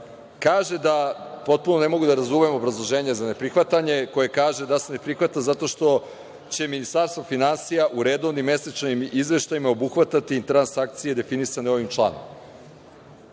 člana. Potpuno ne mogu da razumem obrazloženje za ne prihvatanje koje kaže da se ne prihvata zato što će Ministarstvo finansija u redovnim mesečnim izveštajima obuhvatati transakcije definisane ovim članom.U